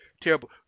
terrible